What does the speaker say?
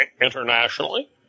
internationally